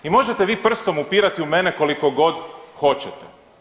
I možete vi prstom upirati u mene koliko god hoćete.